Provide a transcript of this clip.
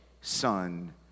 son